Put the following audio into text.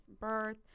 birth